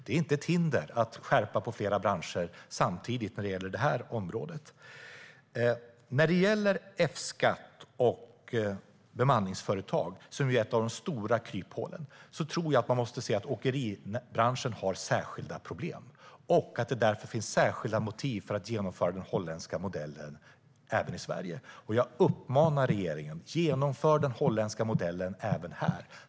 Det är inte ett hinder att skärpa flera branscher samtidigt när det gäller detta område. När det handlar om F-skatt och bemanningsföretag, som är ett av de stora kryphålen, tror jag att man måste se att åkeribranschen har särskilda problem och att det därför finns särskilda motiv för att genomföra den holländska modellen även i Sverige. Jag uppmanar regeringen: Genomför den holländska modellen även här!